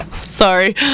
Sorry